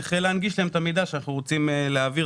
צריך להנגיש להם את המידע שאנחנו רוצים להעביר,